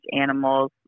animals